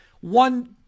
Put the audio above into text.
one